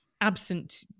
absent